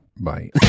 Bye